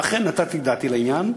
ואכן, נתתי דעתי לעניין,